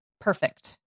Perfect